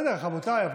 רבותיי.